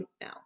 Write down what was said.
now